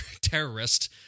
terrorist